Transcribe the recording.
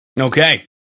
Okay